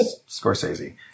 Scorsese